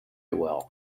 well